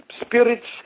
spirits